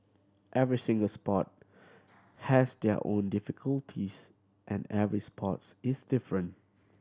every single sport has their own difficulties and every sports its different